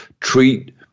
treat